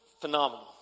phenomenal